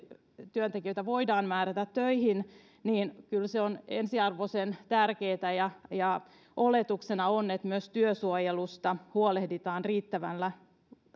työntekijöitä voidaan määrätä töihin niin kyllä se on ensiarvoisen tärkeätä ja ja oletuksena on että myös työsuojelusta huolehditaan riittävällä